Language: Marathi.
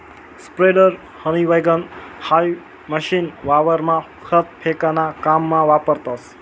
स्प्रेडर, हनी वैगण हाई मशीन वावरमा खत फेकाना काममा वापरतस